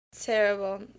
Terrible